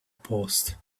post